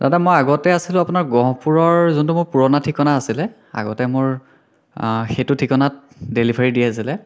দাদা মই আগতে আছিলোঁ আপোনাৰ গহপুৰৰ যোনটো মোৰ পুৰণা ঠিকনা আছিলে আগতে মোৰ সেইটো ঠিকনাত ডেলিভাৰী দি আছিলে